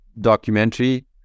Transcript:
documentary